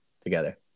together